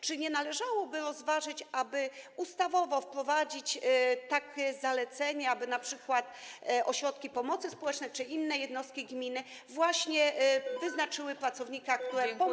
Czy nie należałoby rozważyć, aby ustawowo wprowadzić takie zalecenia, by np. ośrodki pomocy społecznej czy inne jednostki gminy właśnie wyznaczyły pracownika, który pomoże w takim działaniu?